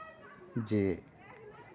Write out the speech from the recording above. ᱡᱮ